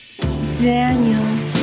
Daniel